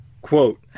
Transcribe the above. Quote